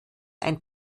ein